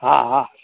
હા હા